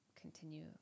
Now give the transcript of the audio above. continue